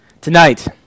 Tonight